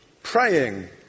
Praying